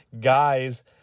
guys